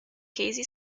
casey